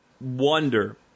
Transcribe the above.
wonder